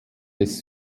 des